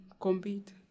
compete